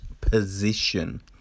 position